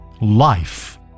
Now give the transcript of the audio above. life